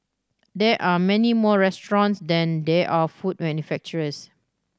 there are many more restaurants than there are food manufacturers